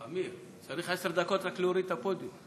אמיר, צריך עשר דקות רק להוריד את הפודיום.